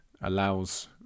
allows